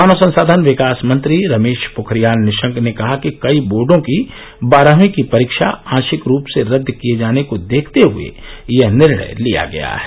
मानव संसाधन विकास मंत्री रमेश पोखरियाल निशंक ने कहा कि कई बोर्डों की बारहवीं की परीक्षा आंशिक रुप से रद्द किए जाने को देखते हए यह निर्णय लिया गया है